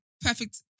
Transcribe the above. perfect